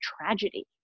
tragedy